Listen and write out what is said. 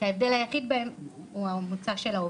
שההבדל היחיד בהם הוא המוצא של העובד.